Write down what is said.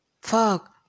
fuck